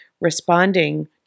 responding